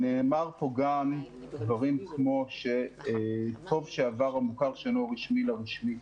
נאמרו פה גם דברים כמו: טוב שעבר המוכר שאינו רשמי לרשמי.